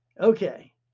Okay